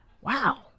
wow